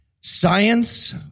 Science